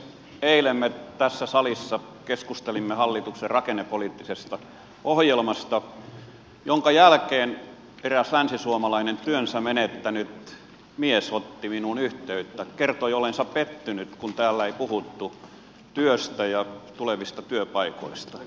eilen me tässä salissa keskustelimme hallituksen rakennepoliittisesta ohjelmasta minkä jälkeen eräs länsisuomalainen työnsä menettänyt mies otti minuun yhteyttä kertoi olleensa pettynyt kun täällä ei puhuttu työstä ja tulevista työpaikoista